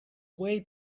way